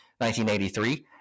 1983